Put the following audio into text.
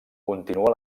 continuà